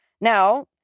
Now